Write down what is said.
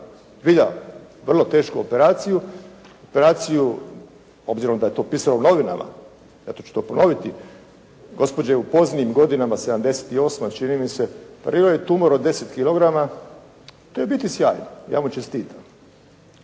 zbilja vrlo tešku operaciju, operaciju, obzirom da je to pisalo u novinama, zato ću to ponoviti, gospođa je u poznim godinama 78 čini mi se, operirao je tumor od 10 kg, to je u biti sjajno, ja mu čestitam,